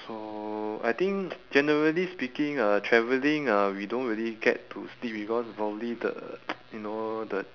so I think generally speaking uh travelling uh we don't really get to sleep because probably the you know the